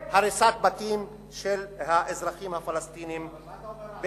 והריסת בתים של האזרחים הפלסטינים, מה אתה אומר על